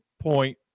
point